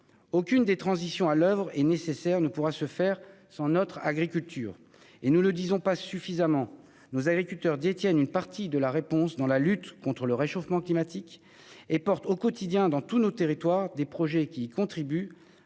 Aucune des transitions à l'oeuvre- transitions nécessaires ! -ne pourra se faire sans notre agriculture. Nous ne le disons pas suffisamment : nos agriculteurs détiennent une partie de la réponse au problème de la lutte contre le réchauffement climatique. Ils portent au quotidien, dans tous nos territoires, des projets qui contribuent